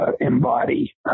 embody